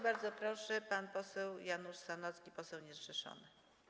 Bardzo proszę, pan poseł Janusz Sanocki, poseł niezrzeszony.